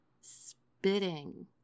spitting